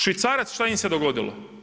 Švicarac šta im se dogodilo?